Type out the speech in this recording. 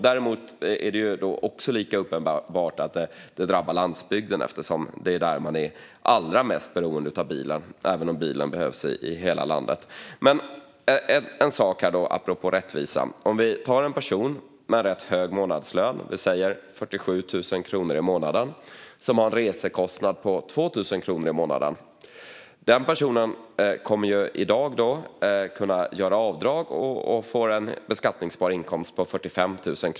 Däremot är det lika uppenbart att det drabbar landsbygden, eftersom det är där man är allra mest beroende av bilen, även om bilen behövs i hela landet. Jag vill ta upp en sak apropå rättvisa. En person med rätt hög månadslön, låt oss säga 47 000 kronor i månaden, och en resekostnad på 2 000 kronor i månaden kommer i dag att kunna göra avdrag och få en beskattningsbar inkomst på 45 000.